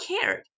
cared